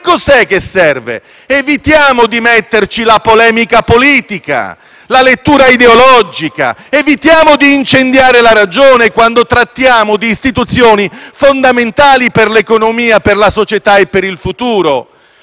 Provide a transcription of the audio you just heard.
Cosa serve allora? Evitiamo di metterci la polemica politica, la lettura ideologica. Evitiamo di incendiare la ragione, quando trattiamo di istituzioni fondamentali per l'economia, per la società e per il futuro.